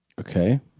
Okay